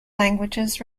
languages